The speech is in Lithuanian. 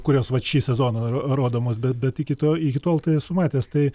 kurios vat šį sezoną rodomos bet bet iki to iki tol tai esu matęs tai